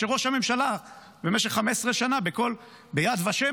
של ראש הממשלה במשך 15 שנים ביד ושם,